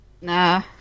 Nah